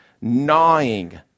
gnawing